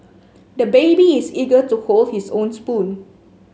the baby is eager to hold his own spoon